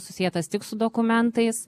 susietas tik su dokumentais